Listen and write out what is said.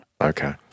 Okay